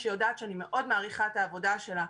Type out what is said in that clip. שיודעת שאני מאוד מעריכה את העבודה שלה.